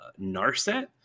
Narset